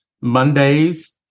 Mondays